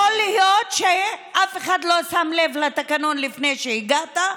יכול להיות שאף אחד לא שם לב לתקנון לפני שהגעת,